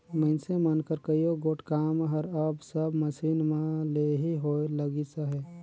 मइनसे मन कर कइयो गोट काम हर अब सब मसीन मन ले ही होए लगिस अहे